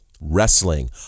wrestling